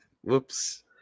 whoops